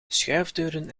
schuifdeuren